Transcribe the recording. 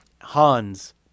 Hans